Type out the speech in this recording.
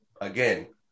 again